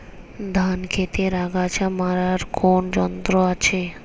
ধান ক্ষেতের আগাছা মারার কোন যন্ত্র আছে?